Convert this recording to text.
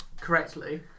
correctly